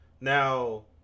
now